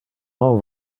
non